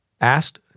asked